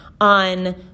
on